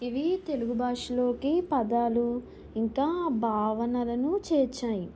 ఇవి తెలుగు భాషలోకి పదాలు ఇంకా భావనలను చేర్చాయి